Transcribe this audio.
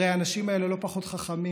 הרי האנשים האלה לא פחות חכמים,